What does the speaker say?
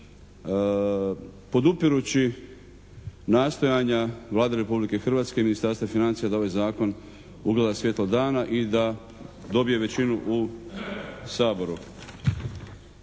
podupiruću nastojanja Vlade Republike Hrvatske i Ministarstva financija da ovaj Zakon ugleda svjetlo dana i da dobije većinu u Saboru.